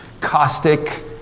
caustic